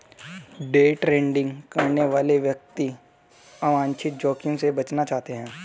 day trading करने वाले व्यक्ति अवांछित जोखिम से बचना चाहते हैं